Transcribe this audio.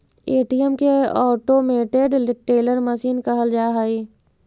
ATM के automated teller machine कहल जा हइ